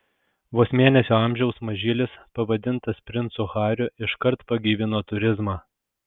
vos mėnesio amžiaus mažylis pavadintas princu hariu iškart pagyvino turizmą